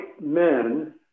men